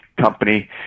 company